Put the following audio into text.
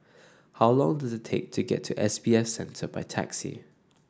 how long does it take to get to S B F Center by taxi